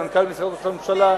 מנכ"ל משרד ראש הממשלה,